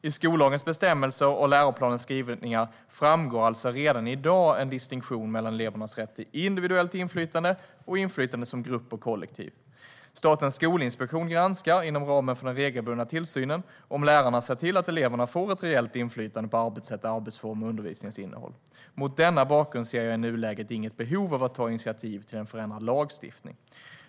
I skollagens bestämmelser och läroplanens skrivningar framgår alltså redan i dag en distinktion mellan elevernas rätt till individuellt inflytande och inflytande som grupp och kollektiv. Statens skolinspektion granskar, inom ramen för den regelbundna tillsynen, om lärarna ser till att eleverna får ett reellt inflytande på arbetssätt, arbetsformer och undervisningens innehåll. Mot denna bakgrund ser jag i nuläget inget behov av att ta initiativ till en förändrad lagstiftning.